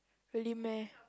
really meh